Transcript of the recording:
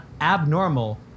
abnormal